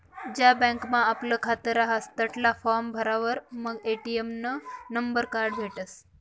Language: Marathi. ज्या बँकमा आपलं खातं रहास तठला फार्म भरावर मंग ए.टी.एम नं कार्ड भेटसं